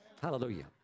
Hallelujah